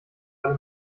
alle